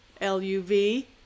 L-U-V